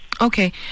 Okay